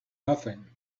nothing